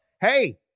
Hey